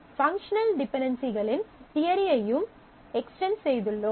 functional டிபென்டென்சிகளின் தியரியையும் extend செய்துள்ளோம்